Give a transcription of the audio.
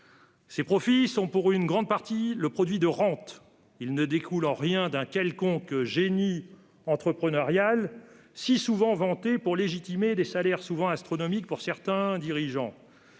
Ces profits sont, en grande partie, le produit de rentes ; ils ne découlent nullement d'un quelconque génie entrepreneurial si souvent vanté pour légitimer les salaires astronomiques de certains dirigeants.